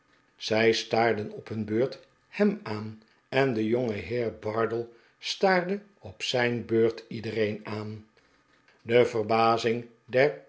zij staarden op hun beurt hem aan en de jongeheer bardell staarde op zijn beurt iedereen aan de verbazing